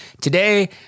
Today